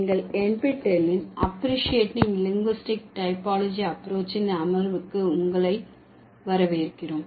எங்கள் NPTEL ன் அஃபிரேஸிட்டிங் லிங்குஸ்டிக்ஸ் டைப்பாலஜி ஆஃப்ரோச்சின் அமர்வுக்கு உங்களை வரவேற்கிறோம்